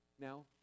Now